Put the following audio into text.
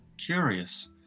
curious